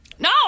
No